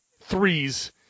threes